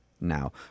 now